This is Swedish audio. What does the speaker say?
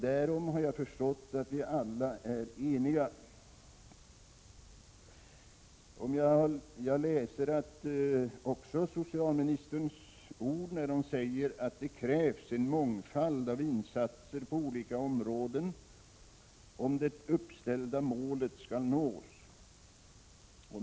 Jag har förstått att vi alla är eniga därom. Socialministern har sagt att det krävs en mångfald av insatser på olika områden om det uppställda målet skall nås.